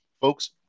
folks